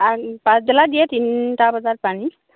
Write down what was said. পাছবেলা দিয়ে তিনিটা বজাত পানী